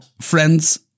friends